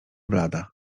blada